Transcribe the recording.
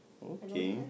okay